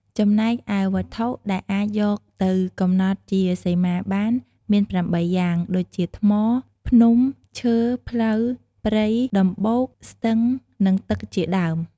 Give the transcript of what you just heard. ចំណែកឯវត្ថុដែលអាចយកទៅកំណត់ជាសីមាបាន មាន៨យ៉ាង ដូចជាថ្ម ភ្នំ ឈើ ផ្លូវ ព្រៃ ដំបូក ស្ទឹង និងទឹកជាដើម។